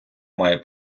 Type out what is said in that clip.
має